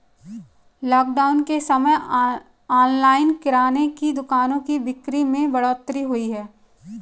lockdown के समय online किराने की दुकानों की बिक्री में बढ़ोतरी हुई है